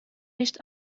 nicht